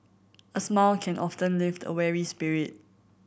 a smile can often lift a weary spirit